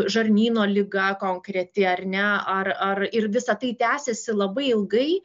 žarnyno liga konkreti ar ne ar ar ir visa tai tęsiasi labai ilgai